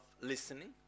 listening